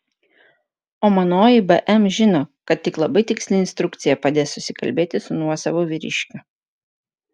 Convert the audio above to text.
o manoji bm žino kad tik labai tiksli instrukcija padės susikalbėti su nuosavu vyriškiu